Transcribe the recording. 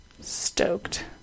stoked